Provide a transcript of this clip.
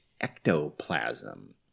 ectoplasm